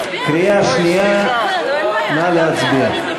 קריאה שנייה, נא להצביע.